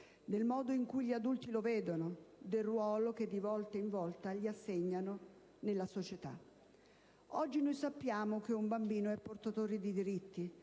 del modo in cui gli adulti lo vedono, del ruolo che di volta in volta gli assegnano nella società. Oggi sappiamo che un bambino è portatore di diritti,